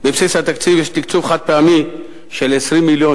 בבסיס התקציב יש תקצוב חד-פעמי של 20 מיליון